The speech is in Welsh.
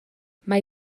mae